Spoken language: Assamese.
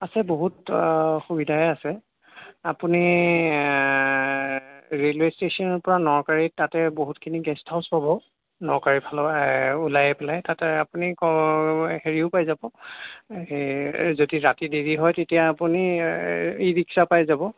আছে বহুত সুবিধাই আছে আপুনি ৰেলৱে ষ্টেচনৰপৰা নকাড়ীত তাতে বহুতখিনি গেষ্ট হাউচ প'ব নকাড়ীফালৰ ওলাই পেলাই তাতে আপুনি হেৰিও পাই যাব যদি ৰাতি দেৰি হয় তেতিয়া আপুনি ই ৰিক্সা পাই যাব